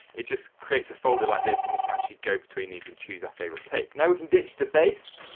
it just creates a folder like this and we can actually go between these and choose our favorite take. now, we can ditch the bass